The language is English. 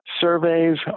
surveys